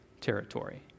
territory